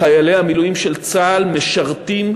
חיילי המילואים של צה"ל משרתים,